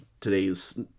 today's